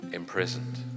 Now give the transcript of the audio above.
imprisoned